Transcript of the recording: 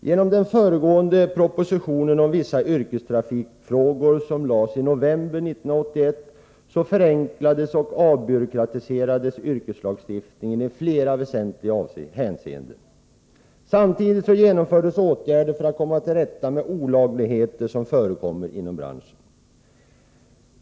Genom den föregående propositionen om vissa yrkestrafikfrågor, som framlades i november 1981, förenklades och avbyråkratiserades yrkeslagstiftningen i flera väsentliga hänseenden. Samtidigt genomfördes åtgärder för att komma till rätta med de olagligheter som förekommer inom branschen.